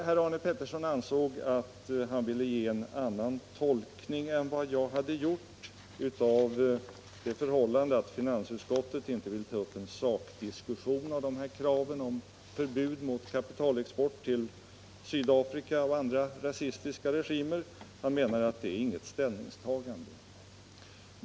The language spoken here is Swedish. Herr Pettersson i Malmö ansåg att han ville ge en annan tolkning än jag gjort av det förhållandet att finansutskottet inte vill ta upp en sakdiskussion om kraven på förbud mot kapitalexport till Sydafrika och andra rasistiska regimer. Han menar att det inte är något ställningstagande.